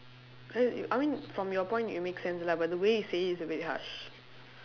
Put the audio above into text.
correct you I mean from your point it makes sense lah but the way you say it is a bit harsh